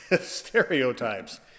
Stereotypes